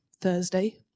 Thursday